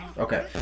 Okay